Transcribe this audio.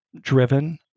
driven